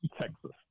Texas